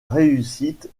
réussite